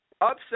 upset